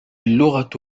اللغة